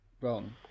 wrong